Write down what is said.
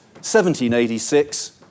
1786